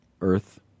Earth